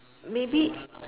maybe